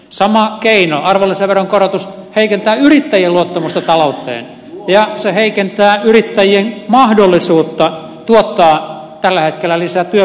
sama keino arvonlisäveron korotus heikentää yrittäjien luottamusta talouteen ja se heikentää yrittäjien mahdollisuutta tuottaa tällä hetkellä lisää työpaikkoja joita tarvitsemme